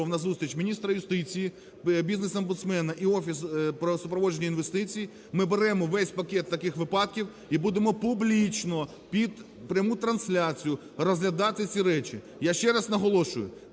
на зустріч міністра юстиції, бізнес-омбудсмена і Офіс про супроводження інвестицій. Ми беремо весь пакет таких випадків і будемо публічно під пряму трансляцію розглядати ці речі. Я ще раз наголошую,